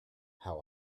how